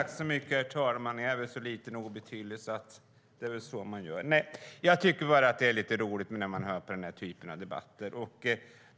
Herr talman! Det är lite roligt att lyssna på den här typen av debatter.